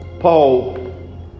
Paul